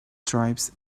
stripes